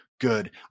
good